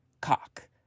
cock